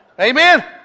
Amen